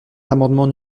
l’amendement